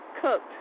cooked